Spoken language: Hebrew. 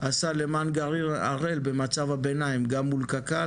עשה למען גרעין הראל במצב הביניים גם מול קק"ל,